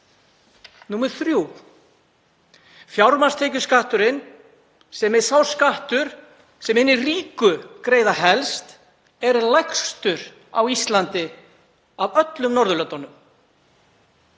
Númer þrjú: Fjármagnstekjuskatturinn, sem er sá skattur sem hinir ríku greiða helst, er lægstur á Íslandi af öllum Norðurlöndunum.